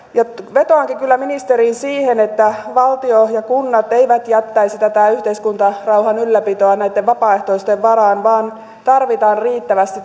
vetoankin kyllä ministeriin että valtio ja kunnat eivät jättäisi tätä yhteiskuntarauhan ylläpitoa näitten vapaaehtoisten varaan vaan tarvitaan riittävästi